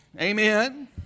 Amen